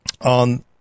on